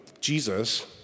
Jesus